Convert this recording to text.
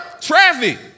Traffic